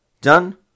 Done